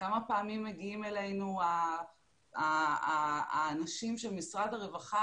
כמה פעמים מגיעים אלינו האנשים של משרד הרווחה